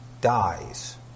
dies